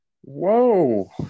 Whoa